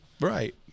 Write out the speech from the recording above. right